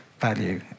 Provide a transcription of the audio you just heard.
value